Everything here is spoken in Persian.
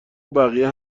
بقیه